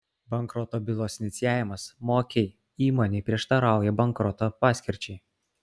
bankroto bylos inicijavimas mokiai įmonei prieštarauja bankroto paskirčiai